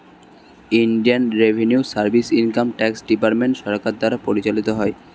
Indian revenue service income tax department সরকার দ্বারা পরিচালিত হয়